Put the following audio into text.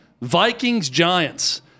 Vikings-Giants